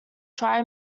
try